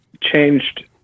changed